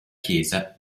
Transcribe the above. chiesa